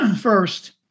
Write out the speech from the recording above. First